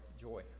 joy